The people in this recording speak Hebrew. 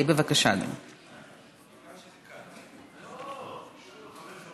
בבקשה, אדוני.